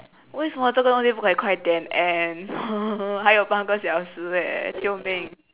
为什么这个东西不可以快点 end 还有半个小时 leh 救命